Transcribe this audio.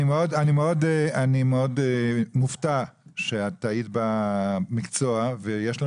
אני מאוד מופתע שאת היית במקצוע ויש לנו